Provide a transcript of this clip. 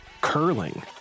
Curling